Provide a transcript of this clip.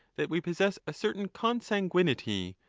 that we possess a certain consanguinity,